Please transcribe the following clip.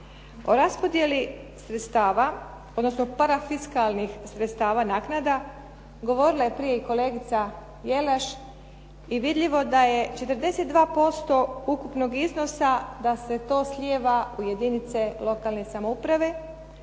O raspodjeli sredstava, odnosno parafiskalnih sredstava naknada govorila je prije i kolegica Jelaš i vidljivo je da je 42% ukupnog iznosa da se to slijeva u jedinice lokalne samouprave,